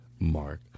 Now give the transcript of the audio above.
mark